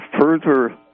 further